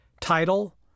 Title